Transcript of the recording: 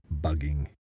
bugging